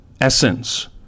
essence